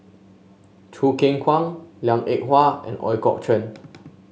Choo Keng Kwang Liang Eng Hwa and Ooi Kok Chuen